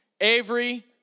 Avery